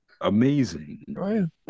amazing